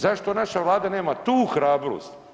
Zašto naša Vlada nema tu hrabrost?